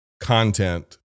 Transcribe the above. content